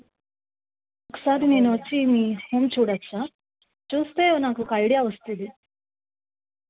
ఒకసారి నేను వచ్చి మీ హోమ్ చూడవచ్చా చూస్తే నాకు ఒక ఐడియా వస్తుంది